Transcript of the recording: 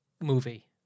movie